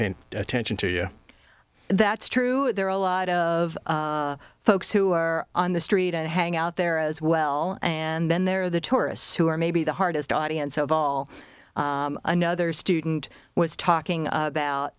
paying attention to you that's true there are a lot of folks who are on the street and hang out there as well and then there are the tourists who are maybe the hardest audience of all another student was talking about